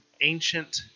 ancient